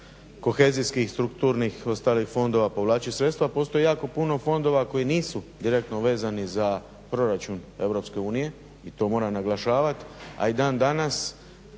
kohezijskih, strukturnih i ostalih fondova povlačiti sredstva postoji jako puno fondova koji nisu direktno vezani za proračun EU i to moram naglašavati,